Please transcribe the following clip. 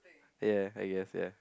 ya I guess ya